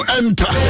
enter